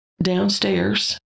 downstairs